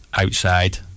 outside